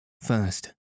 First